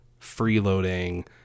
freeloading